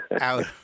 Out